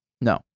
No